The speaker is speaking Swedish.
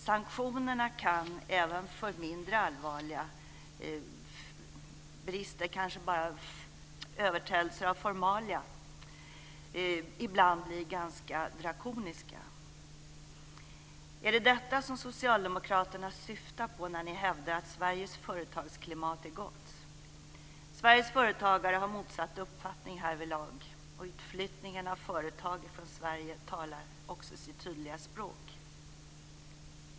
Sanktionerna kan även för mindre allvarliga brister, kanske bara överträdelser av formalia, ibland bli ganska drakoniska. Är det detta som ni socialdemokrater syftar på när ni hävdar att Sveriges företagsklimat är gott? Sveriges företagare har motsatt uppfattning härvidlag. Utflyttningarna av företag från Sverige talar också sitt tydliga språk.